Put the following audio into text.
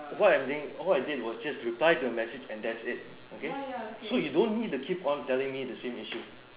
what I'm doing what I did was just reply to the message and that's it okay so you don't need to keep on telling me the same issue